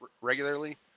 regularly